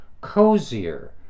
cozier